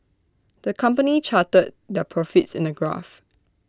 the company charted their profits in A graph